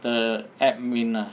the admin ah